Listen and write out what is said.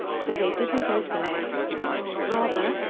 so they did not open it rather,